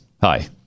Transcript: Hi